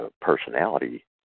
personality